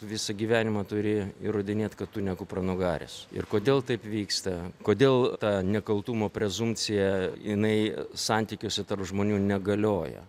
visą gyvenimą turi įrodinėti kad tu ne kupranugaris ir kodėl taip vyksta kodėl ta nekaltumo prezumpcija jinai santykiuose tarp žmonių negalioja